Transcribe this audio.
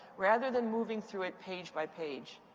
rather than moving through it, page by page.